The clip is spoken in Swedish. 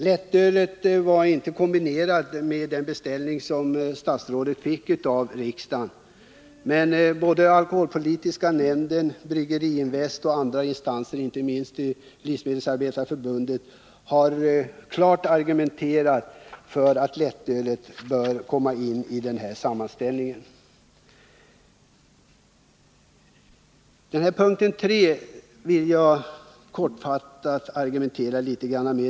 Lättölsbeskattningen ingick inte i den beställning som statsrådet fick av riksdagen, men både alkoholpolitiska nämnden, Brygginvest och andra instanser — inte minst Livsmedelsarbetareförundet — har klart argumenterat för att lättölet bör komma med i sammanställningen. Frågan om konkurrensjämlikheten vill jag helt kortfattat beröra ytterligare.